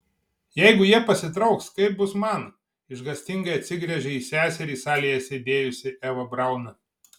jeigu jie pasitrauks kaip bus man išgąstingai atsigręžia į seserį salėje sėdėjusi eva braun